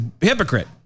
hypocrite